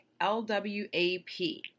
LWAP